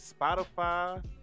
spotify